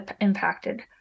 impacted